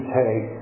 take